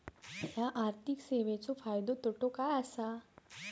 हया आर्थिक सेवेंचो फायदो तोटो काय आसा?